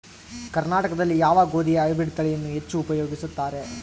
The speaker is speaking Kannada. ಕರ್ನಾಟಕದಲ್ಲಿ ಯಾವ ಗೋಧಿಯ ಹೈಬ್ರಿಡ್ ತಳಿಯನ್ನು ಹೆಚ್ಚು ಉಪಯೋಗಿಸುತ್ತಾರೆ?